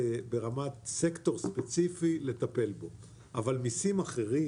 סקטור ספציפי לטפל בו אבל מיסים אחרים